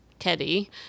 Teddy